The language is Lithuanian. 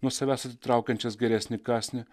nuo savęs atitraukiančias geresnį kąsnį